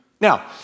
Now